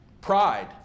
Pride